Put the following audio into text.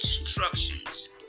instructions